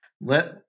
let